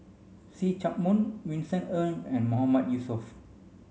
See Chak Mun Vincent Ng and Mahmood Yusof